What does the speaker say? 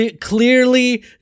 clearly